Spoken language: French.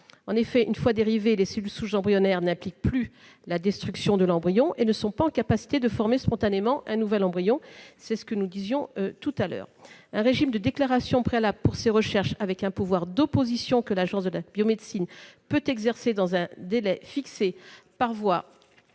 En effet, une fois dérivées, les cellules souches embryonnaires n'impliquent plus la destruction de l'embryon et ne sont pas en capacité de former spontanément un nouvel embryon, comme nous l'observions précédemment. Un régime de déclaration préalable pour ces recherches, avec un pouvoir d'opposition que l'Agence de la biomédecine peut exercer dans un délai fixé par voie